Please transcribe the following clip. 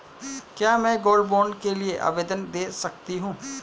क्या मैं gold bond के लिए आवेदन दे सकती हूँ?